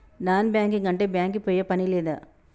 Non banking అంటే bank కి పోయే పని లేదా?